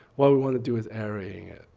what we want to do is aerate it.